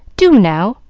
do, now.